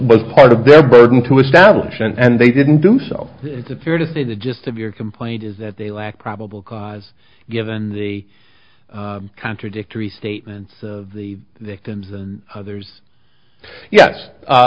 was part of their burden to establish and they didn't do so it's fair to say the gist of your complaint is that they lacked probable cause given the contradictory statements of the victims and others yes